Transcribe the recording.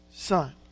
Son